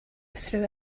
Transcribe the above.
through